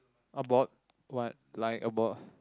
about what like about